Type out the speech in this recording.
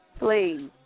please